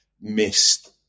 missed